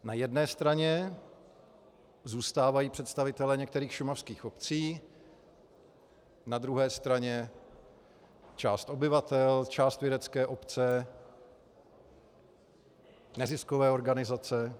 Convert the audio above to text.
Na jedné straně zůstávají představitelé některých šumavských obcí, na druhé straně část obyvatel, část vědecké obce, neziskové organizace.